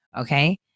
okay